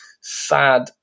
sad